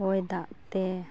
ᱦᱚᱭ ᱫᱟᱜᱛᱮ